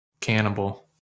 Cannibal